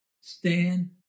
stand